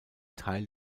teil